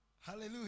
Hallelujah